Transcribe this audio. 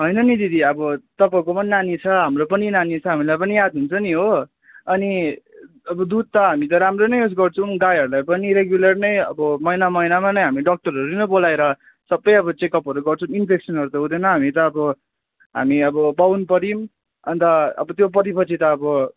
होइन न दिदी अब तपाईँहरूकोमा नानी छ हाम्रो पनि नानी छ हामीलाई पनि याद हुन्छ नि हो अनि अब दुध त हामी त राम्रो नै उयो गर्छौँ गाईहरूलाई पनि रेगुलर नै अब महिना महिनामा नै हामी डाक्टरहरू नै बोलाएर सबै अब चेकअपहरू गर्छु इन्फेक्सनहरू त हुँदैन हामी त अब हामी अब बाहुन पर्यौँ अन्त अब त्यो परे पछि त अब